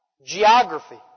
Geography